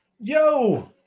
Yo